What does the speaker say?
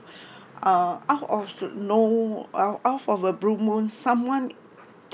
uh out of no uh out of the blue moon someone